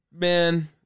Man